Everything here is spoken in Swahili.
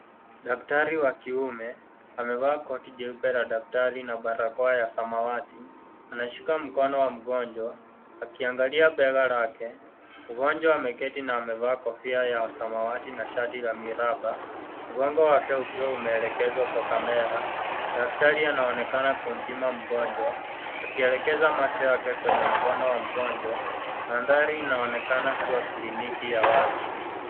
Daktari wa kiume amevaa koti jeupe la daktari na balakoa ya samawati, anashika mkono wa mgonjwa akiangalia bega lake. Mgonjwa ameketi na amevaa kofia ya samawati na shati la miraba. Mgongo wake ukiwa umeelekezwa kwa kamera. Daktari anaonekana kumpima mgonjwa akielekeza macho yake kwenye mkono wa mgonjwa. Mandhari inaonekana kuwa kliniki ya wazi.